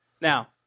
Now